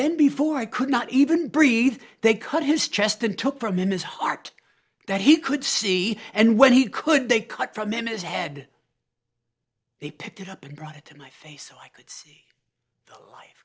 then before i could not even breathe they cut his chest and took from him is heart that he could see and when he could they cut from him his head they picked it up and brought it to my face so i could see